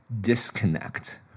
disconnect